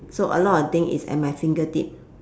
so a lot of thing is at my fingertip